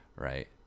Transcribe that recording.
right